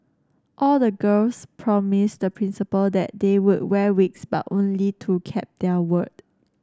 all the girls promised the Principal that they would wear wigs but only two kept their word